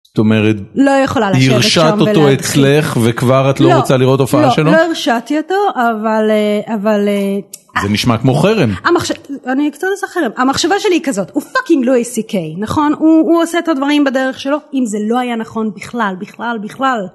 זתומרת... לא יכולה לחשוב... הרשעת אותו אצלך וכבר את לא רוצה לראות הופעה שלו? לא, לא, לא הרשעתי אותו. אבל אה... אבל אה... זה נשמע כמו חראם. המחש.. אני קצת אסחף. המחשבה שלי היא כזאת: הוא פאקינג לואי סי קיי, נכון? הוא עושה את הדברים בדרך שלו. אם זה לא היה נכון בכלל בכלל בכלל.